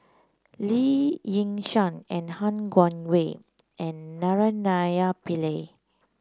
Lee Yi Shyan and Han Guangwei and Naraina Pillai